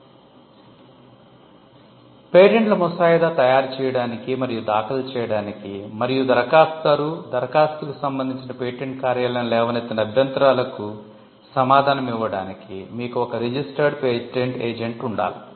కాబట్టి పేటెంట్ల ముసాయిదా తయారు చేయడానికి మరియు దాఖలు చేయడానికి మరియు దరఖాస్తుదారు దరఖాస్తుకు సంబంధించి పేటెంట్ కార్యాలయం లేవనెత్తిన అభ్యంతరాలకు సమాధానం ఇవ్వడానికి మీకు ఒక రిజిస్టర్డ్ పేటెంట్ ఏజెంట్ ఉండాలి